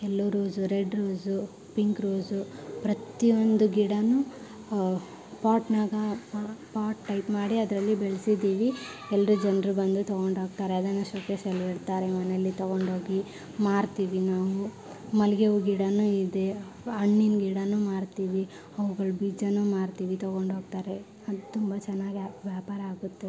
ಎಲ್ಲೋ rose red rose pink rose ಪ್ರತೀ ಒಂದು ಗಿಡಾನೂ ಪಾಟ್ನಾಗ ಪಾಟ್ ಟೈಪ್ ಮಾಡಿ ಅದರಲ್ಲಿ ಬೆಳ್ಸಿದೀವಿ ಎಲ್ಲರೂ ಜನರು ಬಂದು ತಗೊಂಡೋಗ್ತಾರೆ ಅದನ್ನು ಶೋಕೇಶಲ್ಲಿ ಇಡ್ತಾರೆ ಮನೆಯಲ್ಲಿ ತಗೊಂಡೋಗಿ ಮಾರ್ತೀವಿ ನಾವು ಮಲ್ಲಿಗೆ ಹೂವು ಗಿಡಾನೂ ಇದೆ ಹಣ್ಣಿನ ಗಿಡಾನೂ ಮಾರ್ತೀವಿ ಅವುಗಳ್ ಬೀಜಾನೂ ಮಾರ್ತೀವಿ ತಗೊಂಡೋಗ್ತಾರೆ ಅದು ತುಂಬ ಚೆನ್ನಾಗಿ ವ್ಯಾಪ್ ವ್ಯಾಪಾರ ಆಗುತ್ತೆ